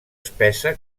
espessa